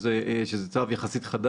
שהוא צו חדש יחסית.